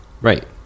Right